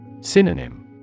Synonym